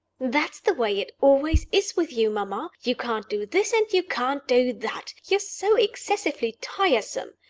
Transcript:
that's the way it always is with you, mamma you can't do this, and you can't do that you are so excessively tiresome!